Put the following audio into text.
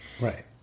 Right